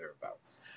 thereabouts